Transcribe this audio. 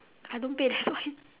I don't pay that's why